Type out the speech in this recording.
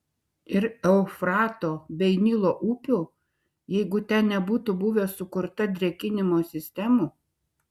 ir eufrato bei nilo upių jeigu ten nebūtų buvę sukurta drėkinimo sistemų